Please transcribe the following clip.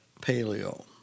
paleo